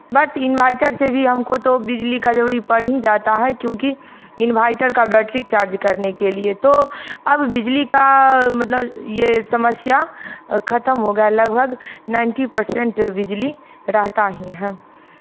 but inverter से भी हमको तो बिजली का जरूरी पड़ ही जाता है क्योंकि इनवर्टर का बैटरी चार्ज़ करने के लिए तो अब बिजली का मतलब ये समस्या खतम हो गया है लगभग नाइन्टी पर्सेंट बिजली रहता ही है